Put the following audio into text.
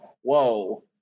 whoa